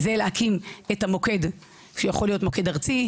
זה להקים את המוקד שיכול להיות מוקד ארצי,